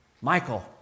Michael